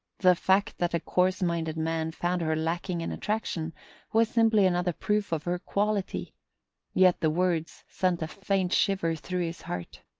the fact that a coarseminded man found her lacking in attraction was simply another proof of her quality yet the words sent a faint shiver through his heart.